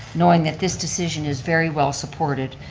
knowing that this decision is very well supported,